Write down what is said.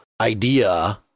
idea